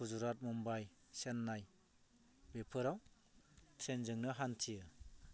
गुजरात मुम्बाइ चेन्नाय बेफोराव ट्रेनजोंनो हान्थियो